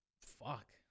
Fuck